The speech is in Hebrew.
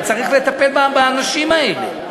אבל צריך לטפל באנשים האלה.